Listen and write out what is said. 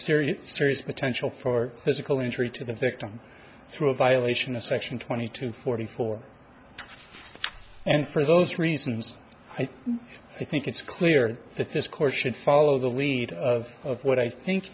serious serious potential for physical injury to the victim through a violation of section twenty two forty four and for those reasons i think it's clear that this court should follow the lead of what i think